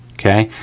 okay,